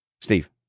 Steve